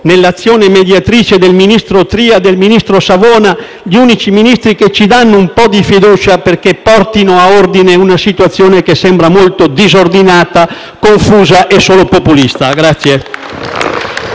nell'azione mediatrice del ministro Tria e del ministro Savona, gli unici Ministri che ci danno un po' di fiducia, perché portino a ordine una situazione che sembra molto disordinata, confusa e solo populista.